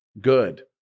good